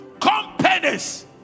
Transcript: companies